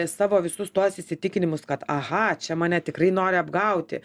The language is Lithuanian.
savo visus tuos įsitikinimus kad aha čia mane tikrai nori apgauti